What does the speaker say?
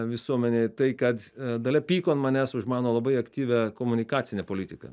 visuomenėje tai kad dalia pyko ant manęs už mano labai aktyvią komunikacinę politiką